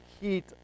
heat